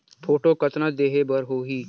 Photo कतना देहें बर होहि?